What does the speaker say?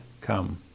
come